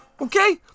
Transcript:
okay